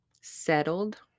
settled